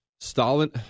Stalin